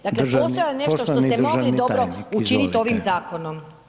Dakle postoji nešto što ste mogli dobro učiniti ovim zakonom.